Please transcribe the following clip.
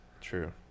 True